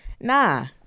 nah